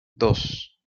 dos